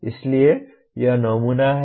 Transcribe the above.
इसलिए यह नमूना है